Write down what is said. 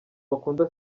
bakunda